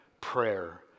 prayer